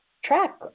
track